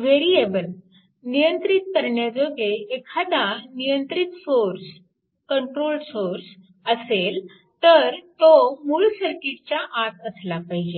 variable variable नियंत्रित करण्याजोगे एखादा नियंत्रित source controlled source controlled source असेल तर तो मूळ सर्किटच्या आत असला पाहिजे